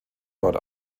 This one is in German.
dort